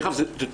דרך אגב זה תחום,